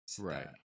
right